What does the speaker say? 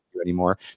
anymore